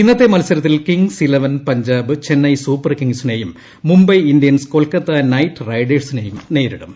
ഇന്നത്തെ മത്സരത്തിൽ Kings Eleven Punjab Chennai Super കിംഗ്സിനെയും മുംബൈ ഇൻഡ്യൻസ് കൊൽക്കത്ത നൈറ്റ് റൈഡേ ഴ്സിനെയും നേരിടും